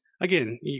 Again